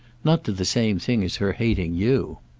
not to the same thing as her hating you.